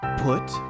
put